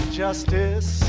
justice